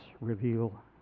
reveal